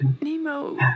Nemo